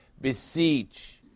beseech